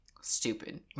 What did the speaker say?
Stupid